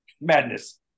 Madness